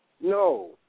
No